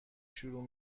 شروع